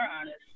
honest